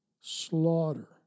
slaughter